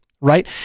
right